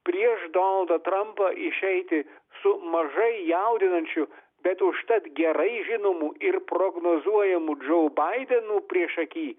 prieš donaldą trampą išeiti su mažai jaudinančiu bet užtat gerai žinomu ir prognozuojamu džo baidenu priešaky